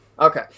Okay